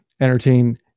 entertain